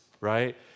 right